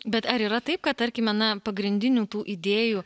bet ar yra taip kad tarkime na pagrindinių tų idėjų